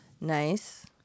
Nice